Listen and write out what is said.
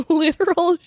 literal